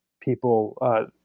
people